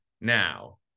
now